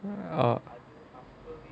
uh